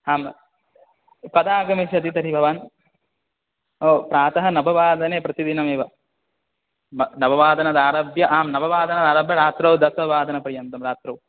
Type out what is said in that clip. आम् कदा आगमिष्यति तर्हि भवान् ओ प्रातः नववादने प्रतिदिनमेव नववादनादारब्य आं नववादनादारभ्य रात्रौ दशवादनपर्यन्तं रात्रौ